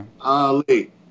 Ali